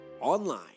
online